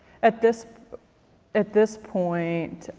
at this at this point,